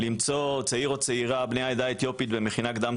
אתם יכולים לראות רק את הפריסה שלנו,